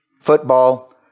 football